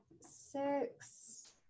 six